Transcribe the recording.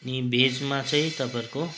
अनि भेजमा चाहिँ तपाईँहरूको